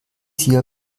hier